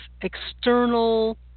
external